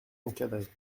encadrées